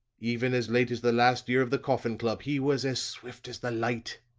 even as late as the last year of the coffin club he was as swift as the light.